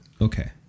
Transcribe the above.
okay